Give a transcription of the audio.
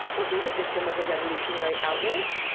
was he the victim of a revolutionary outrage?